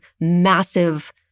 massive